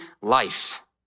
life